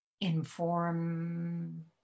inform